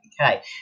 okay